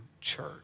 church